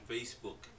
Facebook